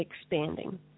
expanding